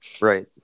Right